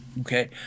okay